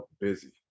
busy